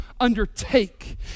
undertake